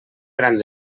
gran